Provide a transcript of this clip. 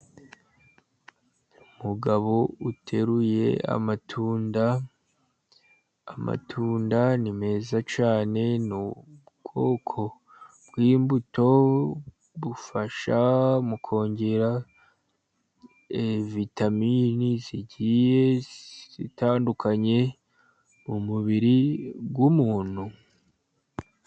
Umugabo uteruye amatunda. Amatunda ni meza cyane ni ubwoko bw'imbuto bufasha mu kongera vitamini zigiye zitandukanye mu mubiri w'umuntu.